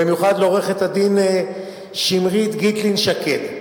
במיוחד לעורכת-הדין שמרית גיטלין-שקד,